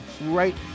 right